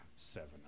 seven